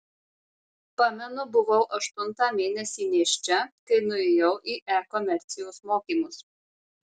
pamenu buvau aštuntą mėnesį nėščia kai nuėjau į e komercijos mokymus